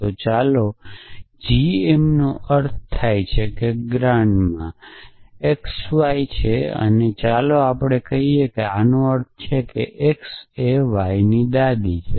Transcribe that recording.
તો ચાલો જીએમનો અર્થ એ થાય કે ગ્રાન્ડ મા XY છે અને ચાલો કહીએ કે આનો અર્થ એ છે કે x એ yની દાદી છે